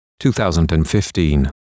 2015